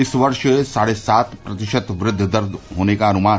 इस वर्ष साढ़े सात प्रतिशत वृद्धि दर का अनुमान